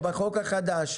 בחוק החדש.